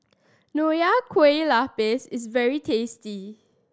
Nonya Kueh Lapis is very tasty